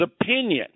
opinion